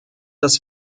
das